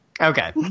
Okay